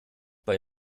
bei